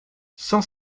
sans